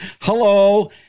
hello